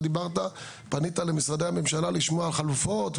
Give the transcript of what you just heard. אתה דיברת ופנית למשרדי הממשלה לשמוע חלופות,